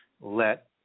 let